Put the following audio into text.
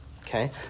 okay